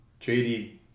JD